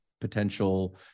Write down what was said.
potential